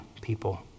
people